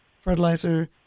fertilizer